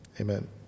Amen